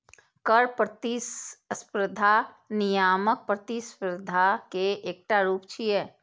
कर प्रतिस्पर्धा नियामक प्रतिस्पर्धा के एकटा रूप छियै